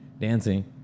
dancing